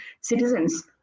citizens